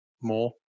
more